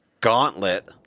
Gauntlet